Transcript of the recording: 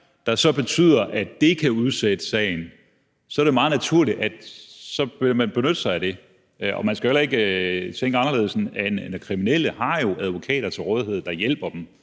der så betyder, at det kan udsætte sagen, så er det jo meget menneskeligt og meget naturligt, at man så vil benytte sig af det. Og man skal heller ikke tænke anderledes, end at kriminelle jo har advokater til rådighed, der hjælper dem